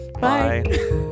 Bye